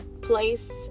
place